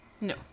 No